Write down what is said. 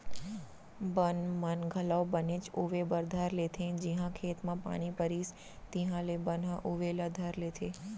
बन मन घलौ बनेच उवे बर धर लेथें जिहॉं खेत म पानी परिस तिहॉले बन ह उवे ला धर लेथे